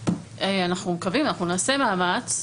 אנחנו מקווים, אנחנו נעשה מאמץ,